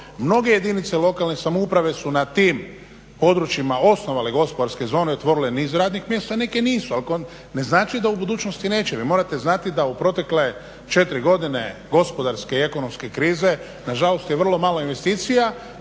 Mnoge jedinice lokalne samouprave su na tim područjima osnovale gospodarske zone i otvorile niz radnih mjesta, neke nisu. Ali ne znači da u budućnosti neće. Vi morate znati da u protekle 4 godine gospodarske i ekonomske krize nažalost je vrlo malo investicija